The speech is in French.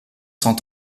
cent